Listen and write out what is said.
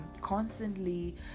constantly